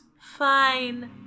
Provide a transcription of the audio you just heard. Fine